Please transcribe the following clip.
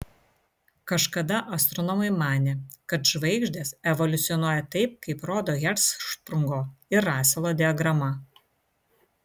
kažkada astronomai manė kad žvaigždės evoliucionuoja taip kaip rodo hercšprungo ir raselo diagrama